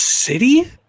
City